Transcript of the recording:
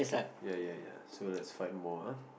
ya ya ya so lets find more ah